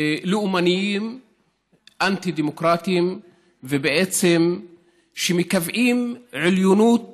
לאומניים אנטי-דמוקרטיים שבעצם מקבעים עליונות